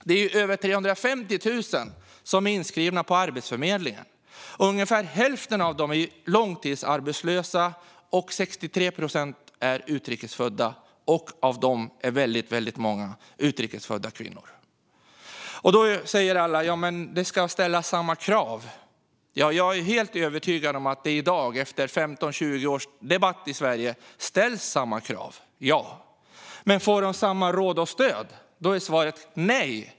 Det är över 350 000 som är inskrivna på Arbetsförmedlingen. Ungefär hälften av dem är långtidsarbetslösa. 63 procent är utrikesfödda, och av dem är väldigt många kvinnor. Då säger alla att man ska ställa samma krav. Jag är helt övertygad om att det i dag, efter 15-20 års debatt i Sverige, ställs samma krav. Men får de samma råd och stöd? Nej.